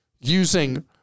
using